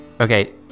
okay